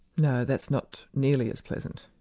no, that's not nearly as pleasant.